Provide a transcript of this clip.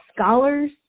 scholars